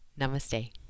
Namaste